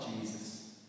Jesus